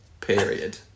period